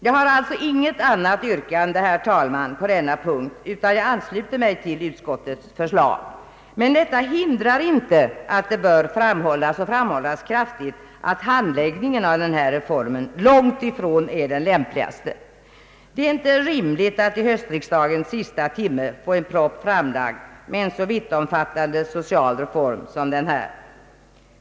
Jag har alltså, herr talman, inget annat yrkande på denna punkt utan ansluter mig till utskottets förslag. Men detta hindrar inte att det bör framhållas och framhållas kraftigt att handläggningen av denna reform långt ifrån är den lämpligaste. Det är inte rimligt att i höstriksdagens sista timme få en proposition framlagd med en så vittomfattande social reform som denna.